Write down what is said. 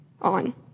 on